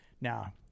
now